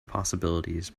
possibilities